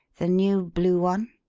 the new blue one?